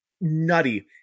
nutty